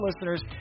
listeners